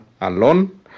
alone